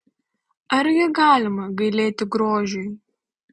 argi galima gailėti grožiui